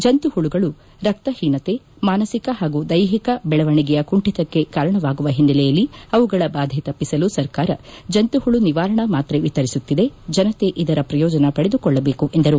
ಜಂತುಹುಳುಗಳು ರಕ್ತಹೀನತೆ ಹಾಗೂ ದೈಹಿಕ ಬೆಳವಣಿಗೆಯ ಕುಂಠಿತಕ್ಕೆ ಕಾರಣವಾಗುವ ಹಿನ್ನಲೆಯಲ್ಲಿ ಅವುಗಳ ಬಾಧೆ ತಪ್ಪಿಸಲು ಸರ್ಕಾರ ಜಂತುಹುಳು ನಿವಾರಣಾ ಮಾತ್ರೆ ವಿತರಿಸುತ್ತಿದೆ ಜನತೆ ಇದರ ಪ್ರಯೋಜನ ಪಡೆದುಕೊಳ್ಳಬೇಕು ಎಂದರು